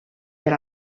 per